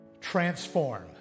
transform